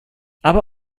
aber